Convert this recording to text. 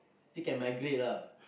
still can migrate ah